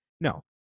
No